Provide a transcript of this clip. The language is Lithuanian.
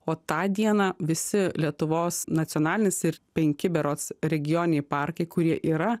o tą dieną visi lietuvos nacionalinis ir penki berods regioniniai parkai kurie yra